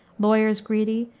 lawyers greedy,